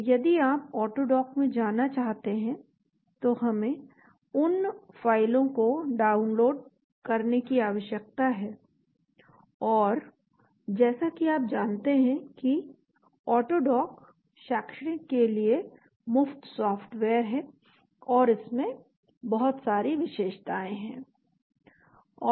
तो यदि आप ऑटोडॉक में जाना चाहते हैं तो हमें उन फ़ाइलों को डाउनलोड करने की आवश्यकता है और जैसा कि आप जानते हैं कि ऑटोडॉक शैक्षणिक के लिए मुफ्त सॉफ्टवेयर है और इसमें बहुत सारी विशेषताएं हैं और